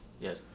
Yes